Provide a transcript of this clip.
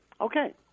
Okay